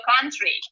country